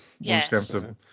Yes